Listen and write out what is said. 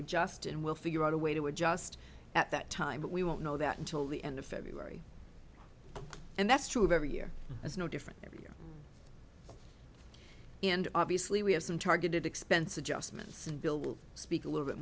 adjust and we'll figure out a way to adjust at that time but we won't know that until the end of february and that's true of every year is no different every year and obviously we have some targeted expense adjustments and bill will speak a little bit